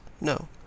No